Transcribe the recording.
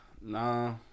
Nah